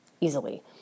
easily